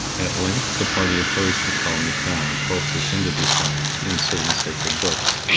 at length the party opposed to ptolemy found, or pretended to find, in certain sacred books,